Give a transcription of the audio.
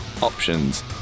options